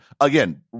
Again